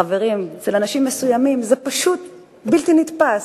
חברים, אצל אנשים מסוימים זה פשוט בלתי נתפס.